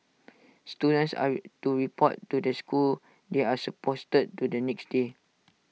students are re to report to the school they are supposed to the next day